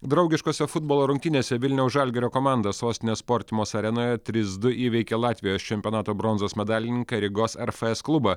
draugiškose futbolo rungtynėse vilniaus žalgirio komanda sostinės sportimos arenoje trys du įveikė latvijos čempionato bronzos medalininką rygos rfs klubą